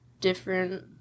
different